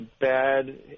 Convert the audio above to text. bad